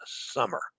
summer